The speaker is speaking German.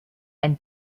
ein